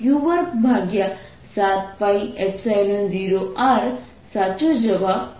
તેથી આWQ27π0R સાચો જવાબ છે